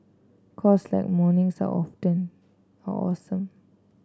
cause like mornings are often are awesome